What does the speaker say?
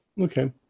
okay